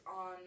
on